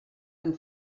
ein